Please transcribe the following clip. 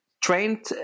trained